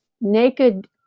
naked